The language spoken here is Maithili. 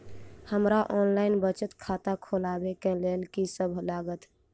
हमरा ऑनलाइन बचत खाता खोलाबै केँ लेल की सब लागत?